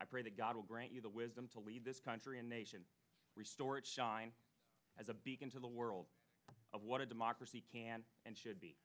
i pray that god will grant you the wisdom to lead this country a nation restored shine as a beacon to the world of what a democracy can and should be